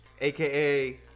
AKA